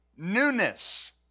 Newness